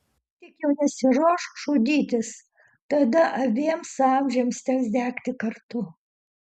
tik jau nesiruošk žudytis tada abiems amžiams teks degti kartu